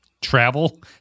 Travel